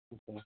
जी sir